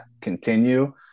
continue